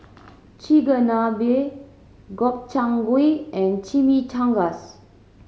Chigenabe Gobchang Gui and Chimichangas